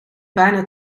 bijna